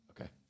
Okay